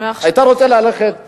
היתה רוצה ללכת ללמוד.